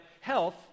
health